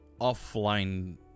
offline